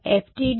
విద్యార్థి అది